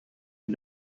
die